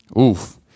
Oof